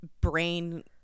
brain